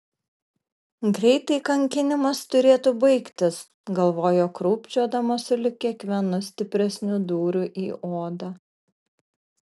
greitai kankinimas turėtų baigtis galvojo krūpčiodama sulig kiekvienu stipresniu dūriu į odą